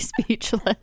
speechless